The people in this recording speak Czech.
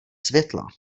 světla